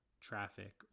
traffic